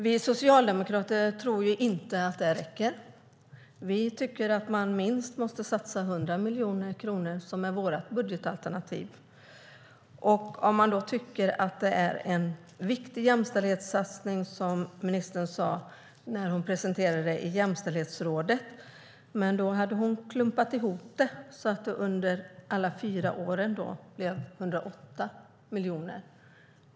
Vi socialdemokrater tror inte att det räcker. Vi tycker att man måste satsa minst 100 miljoner, vilket vi har i vårt budgetalternativ. När ministern presenterade detta i Jämställdhetsrådet sade hon att hon tyckte att det var en viktig jämställdhetssatsning, men då hade hon klumpat ihop alla fyra åren, och det blev 108 miljoner.